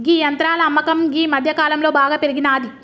గీ యంత్రాల అమ్మకం గీ మధ్యకాలంలో బాగా పెరిగినాది